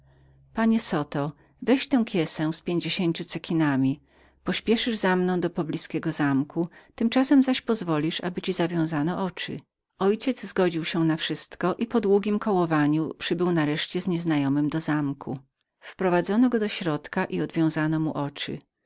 panie zoto weź tę kiesę z pięćdziesięcią cekinami pośpieszysz za mną do poblizkiego zamku tymczasem zaś pozwolisz aby ci zawiązano oczy mój ojciec zgodził się na wszystko i po długich zakrętach przybyli nareszcie do zamku zaprowadzono go do obszernej komnaty i